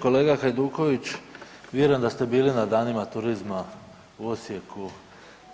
Kolega Hajduković, vjerujem da ste bili na Danima turizma u Osijeku